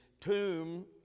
tomb